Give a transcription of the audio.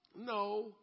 No